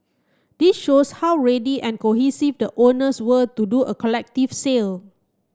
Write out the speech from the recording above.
this shows how ready and cohesive the owners were to do a collective sale